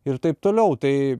ir taip toliau tai